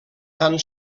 tan